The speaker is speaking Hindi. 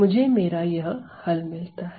मुझे मेरा यह हल मिलता है